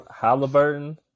Halliburton